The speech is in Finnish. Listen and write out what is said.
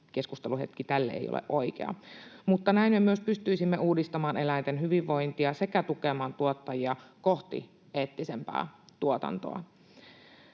keskusteluhetki tälle ei ole oikea, mutta näin me myös pystyisimme uudistamaan eläinten hyvinvointia sekä tukemaan tuottajia kohti eettisempää tuotantoa.